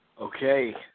Okay